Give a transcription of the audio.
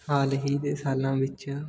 ਹਾਲ ਹੀ ਦੇ ਸਾਲਾਂ ਵਿੱਚ